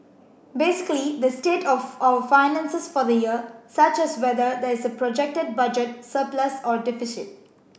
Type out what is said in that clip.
basically the state of our finances for the year such as whether there is a projected budget surplus or deficit